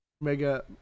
Mega